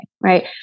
right